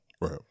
Right